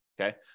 okay